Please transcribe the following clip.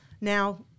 Now